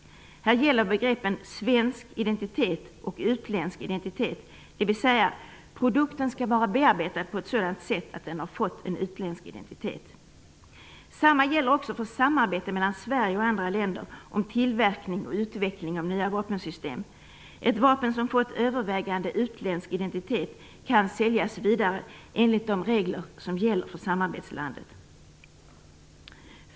Här gäller begreppen svensk identitet och utländsk identitet, dvs. produkten skall vara bearbetad på ett sådant sätt att den har fått en utländsk identitet. Samma sak gäller för samarbete mellan Sverige och andra länder om tillverkning och utveckling av nya vapensystem. Ett vapen som fått övervägande utländsk identitet kan säljas vidare enligt de regler som gäller för samarbetslandet.